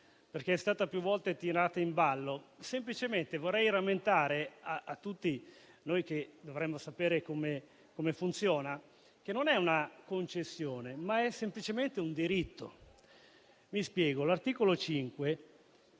che è stata più volte tirata in ballo, vorrei semplicemente rammentare a tutti noi che dovremmo sapere come funziona, che non è una concessione, ma è semplicemente un diritto. Mi spiego: l'articolo 5